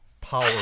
power